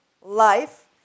life